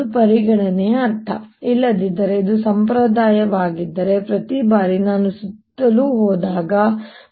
ಅದು ಪರಿಗಣನೆಯ ಅರ್ಥ ಇಲ್ಲದಿದ್ದರೆ ಇದು ಸಂಪ್ರದಾಯವಾದಿಯಾಗಿದ್ದರೆ ಪ್ರತಿ ಬಾರಿ ನಾನು ಸುತ್ತಲೂ ಹೋದಾಗ ಮಾಡಿದ ನೆಟ್ವರ್ಕ್ 0 ಆಗಿರುತ್ತದೆ